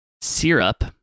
syrup